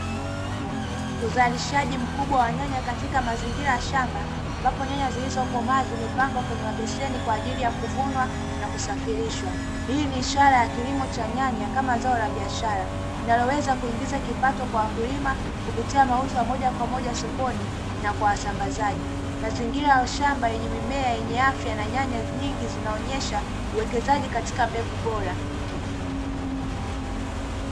Uzalishaji mkubwa wa nyanya katika mazingira ya shamba ambapo nyanya zilizokoma zimepangwa kwenye mabeseni kwa ajili ya kuvunwa na kusafirishwa, hii ni ishara ya kilimo cha nyanya kama zao la biashara linaloweza kuingiza kipato kwa wakulima kupitia mauzo ya moja kwa moja sokoni na kwa wasambazaji, mazingira ya shamba yenye mimea yenye afya na nyanya nyingi zinaonyesha uwekezaji katika mbegu bora.